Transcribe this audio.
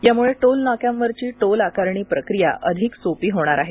यामुळे टोल नाक्यांवरची टोल आकारणी प्रक्रिया अधिक सोपी होणार आहे